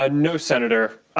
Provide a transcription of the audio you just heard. ah no, senator.